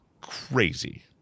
crazy